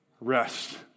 Rest